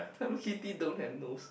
Hello Kitty don't have nose